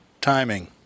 timing